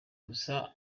gusa